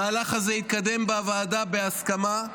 המהלך הזה יתקדם בוועדה בהסכמה.